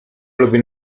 lubię